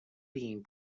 being